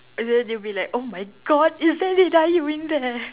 and then they'll be like oh my god is there doing there